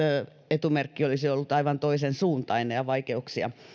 etumerkki olisi ollut aivan toisensuuntainen ja vaikeuksia